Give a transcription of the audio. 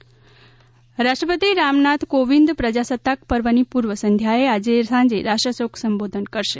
રાષ્ટ્રપતિ સંબોધન રાષ્ટ્રપતિ રામનાથ કોવિંદ પ્રજાસત્તાક પર્વની પૂર્વ સંધ્યાએ આજે સાંજે રાષ્ટ્રજોગ સંબોધન કરશે